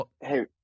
Hey